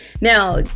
Now